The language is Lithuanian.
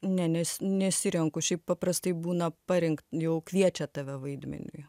ne nes nesirenku šiaip paprastai būna parin jau kviečia tave vaidmeniui